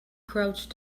crouched